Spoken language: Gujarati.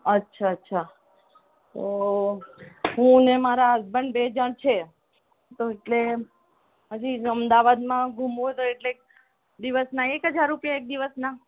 અચ્છા અચ્છા તો હું અને મારા હસબન્ડ બે જ જણ છીએ તો એટલે હજી અમદાવાદમાં ઘૂમવું હતું એટલે દિવસના એક હજાર રૂપિયા એક દિવસના